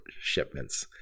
shipments